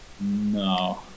No